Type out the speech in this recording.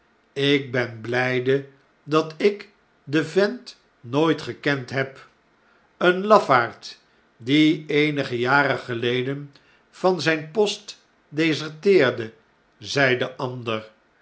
lk ben bljjde dat ik den vent nooit gekend heb een lafaard die eenige jaren geleden van zijn post deserteerde zei de ander